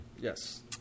Yes